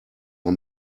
are